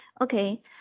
Okay